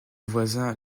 voisins